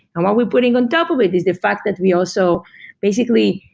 and what we're putting on top of it is the fact that we also basically,